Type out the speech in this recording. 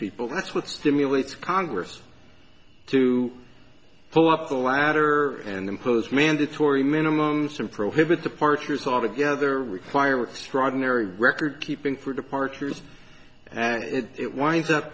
people that's what stimulates congress to pull up the ladder and impose mandatory minimum some prohibit departures altogether require with strawberry recordkeeping for departures and it winds up